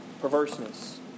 perverseness